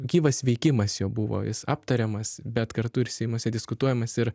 gyvas veikimas jo buvo jis aptariamas bet kartu ir seimuose diskutuojamas ir